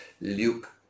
Luke